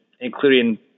including